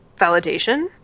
validation